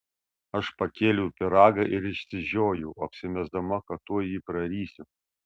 aš pakėliau pyragą ir išsižiojau apsimesdama kad tuoj jį prarysiu